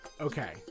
okay